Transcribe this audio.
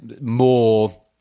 more